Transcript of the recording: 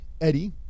Eddie